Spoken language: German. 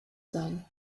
sein